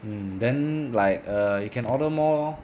hmm then like err you can order more lor